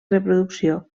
reproducció